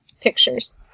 pictures